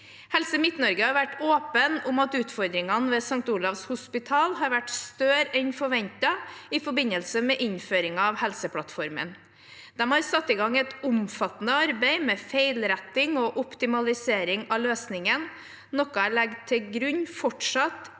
Helse Midt-Norge har vært åpen om at utfordringene ved St. Olavs hospital har vært større enn forventet i forbindelse med innføringen av Helseplattformen. De har satt i gang et omfattende arbeid med feilretting og optimalisering av løsningen, noe jeg legger til grunn at fortsatt